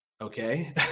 Okay